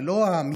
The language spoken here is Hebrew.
זה לא המיטה,